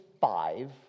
five